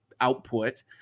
output